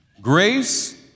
Grace